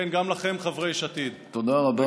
כן, גם לכם, חברי יש עתיד, תודה רבה.